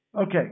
Okay